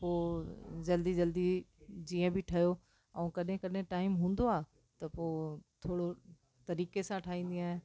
त पोइ जल्दी जल्दी जीअं बि ठहियो ऐं कॾहिं कॾहिं टाइम हूंदो आहे त पोइ थोरो तरीक़े सां ठाहींदी आहियां